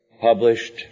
published